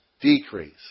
decrease